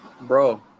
Bro